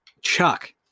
Chuck